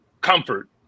Comfort